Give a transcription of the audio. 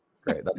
Great